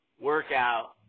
workout